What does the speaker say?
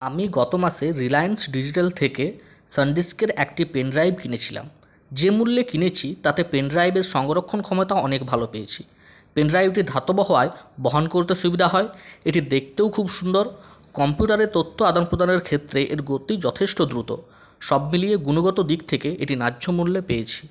আমি গতমাসে Reliance Digital থেকে সানডিস্কের একটি পেনড্রাইভ কিনেছিলাম যে মুল্যে কিনেছি তাতে পেনড্রাইভে সংরক্ষণ ক্ষমতা অনেক ভালো পেয়েছি পেনড্রাইভটি ধাতব হওয়ায় বহন করতে সুবিধা হয় এটি দেখতেও খুব সুন্দর কম্পিউটারে তথ্য আদান প্রদানের ক্ষেত্রে এর গতি যথেষ্ট দ্রুত সব মিলিয়ে গুণগত দিক থেকে এটি ন্যায্য মুল্যে পেয়েছি